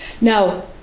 now